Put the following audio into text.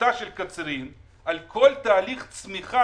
חשיבותה של קצרין על כל תהליך הצמיחה